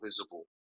visible